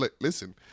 listen